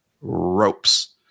ropes